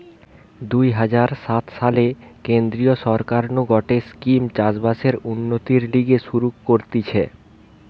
দুই হাজার সাত সালে কেন্দ্রীয় সরকার নু গটে স্কিম চাষ বাসের উন্নতির লিগে শুরু করতিছে